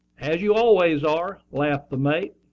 as you always are, laughed the mate.